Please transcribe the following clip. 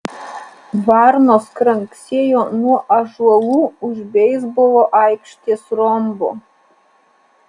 varnos kranksėjo nuo ąžuolų už beisbolo aikštės rombo